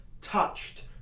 touched